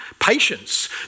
patience